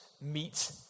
meet